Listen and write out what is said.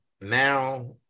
now